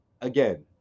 again